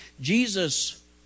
Jesus